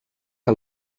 que